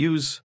Use